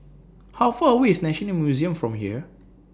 How Far away IS National Museum from here